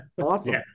Awesome